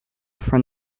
from